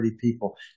people